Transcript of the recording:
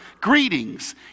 Greetings